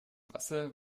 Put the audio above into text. wasser